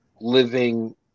living